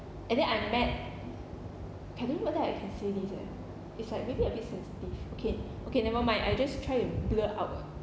and then I met I don't know whether I can say this eh it's like maybe a bit sensitive okay okay never mind I just try to blur out